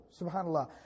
subhanAllah